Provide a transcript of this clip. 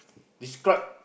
describe